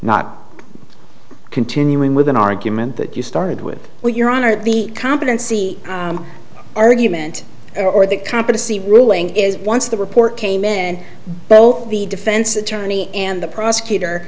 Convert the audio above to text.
not continuing with an argument that you started with well your honor the competency argument or the competency ruling is once the report came in and both the defense attorney and the prosecutor